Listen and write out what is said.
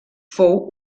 fou